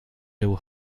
był